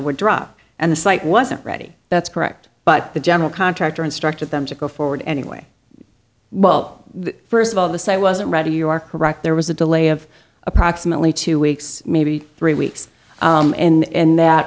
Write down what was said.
drop and the site wasn't ready that's correct but the general contractor instructed them to go forward anyway well first of all the site wasn't ready you are correct there was a delay of approximately two weeks maybe three weeks and